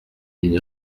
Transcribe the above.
une